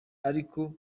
aribwo